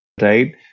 right